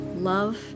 love